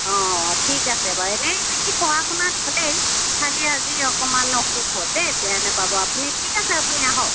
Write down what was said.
অ ঠিক আছে বাৰু এনেই সি পঢ়া শুনাত ভালেই খালী আজি অকণমান অসুখ হ'ল দেই বেয়া নেপাব আপুনি ঠিক আছে আপুনি আহক